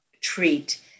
treat